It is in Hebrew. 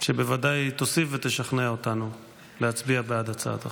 שבוודאי תוסיף ותשכנע אותנו להצביע בעד הצעת החוק.